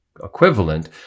equivalent